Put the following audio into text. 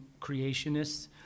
creationists